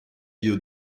you